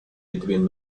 between